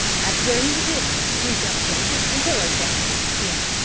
that's where he was hidden. we found a blanket, and pillows, down there, and,